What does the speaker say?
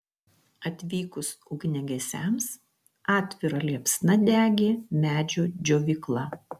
atvykus ugniagesiams atvira liepsna degė medžio džiovykla